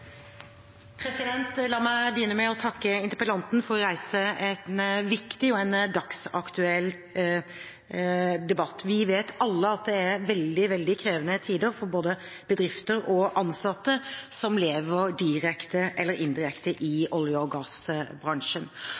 La meg begynne med å takke interpellanten for å reise en viktig og dagsaktuell debatt. Vi vet alle at det er veldig, veldig krevende tider for både bedrifter og ansatte som lever direkte eller indirekte i olje- og gassbransjen.